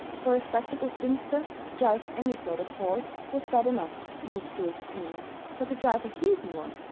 for a respectable spinster to drive any sort of horse was bad enough in miss prue's opinion but to drive a heathen one!